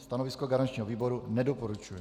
Stanovisko garančního výboru: nedoporučuje.